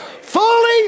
Fully